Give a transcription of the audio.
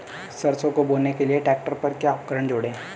सरसों को बोने के लिये ट्रैक्टर पर क्या उपकरण जोड़ें?